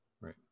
right